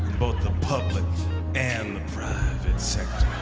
both the public and the private sector.